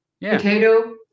potato